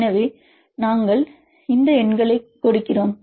எனவே நாங்கள் இந்த எண்களை கொடுக்கிறோம்